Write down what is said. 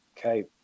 Okay